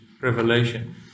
revelation